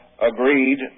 agreed